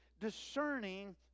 discerning